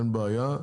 אין בעיה,